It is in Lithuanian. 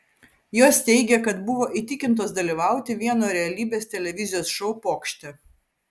jos teigia kad buvo įtikintos dalyvauti vieno realybės televizijos šou pokšte